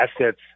assets